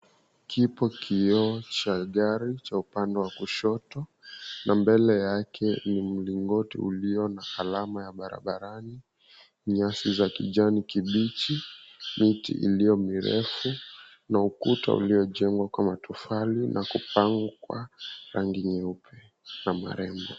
Kipo kioo cha gari cha upande wa kushoto. Na mbele yake ni mlingoti ulio na alama ya barabarani, nyasi za kijani kibichi, miti iliyo mirefu na ukuta uliojengwa kwa matofali na kupakwa rangi nyeupe na marembo.